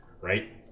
Right